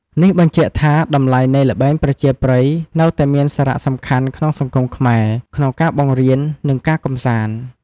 នេះបញ្ជាក់ថា តម្លៃនៃល្បែងប្រជាប្រិយនៅតែមានសារៈសំខាន់ក្នុងសង្គមខ្មែរ ក្នុងការបង្រៀននិងការកម្សាន្ត។